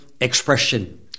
expression